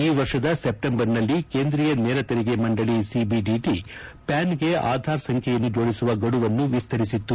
ಈ ವರ್ಷದ ಸೆಪ್ಟೆಂಬರ್ನಲ್ಲಿ ಕೇಂದ್ರೀಯ ನೇರ ತೆರಿಗೆ ಮಂಡಳಿ ಸಿಬಿಡಿಟಿ ಪ್ಯಾನ್ಗೆ ಆಧಾರ್ ಸಂಖ್ಯೆಯನ್ನು ಜೋಡಿಸುವ ಗಡುವನ್ನು ವಿಸ್ತರಿಸಿತು